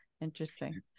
Interesting